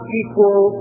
equal